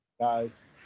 guys